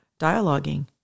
dialoguing